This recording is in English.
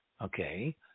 okay